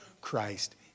Christ